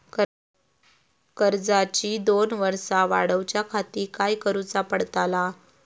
कर्जाची दोन वर्सा वाढवच्याखाती काय करुचा पडताला?